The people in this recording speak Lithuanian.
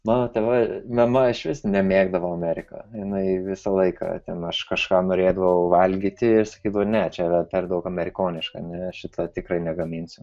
mano tėvai mama išvis nemėgdavo amerika jinai visą laiką ten aš kažką norėdavau valgyti ji sakydavo ne čia per daug amerikonišką ne šito tikrai negaminsiu